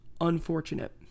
unfortunate